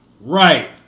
Right